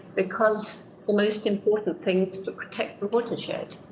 because the most important thing was to protect the watershed.